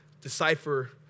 decipher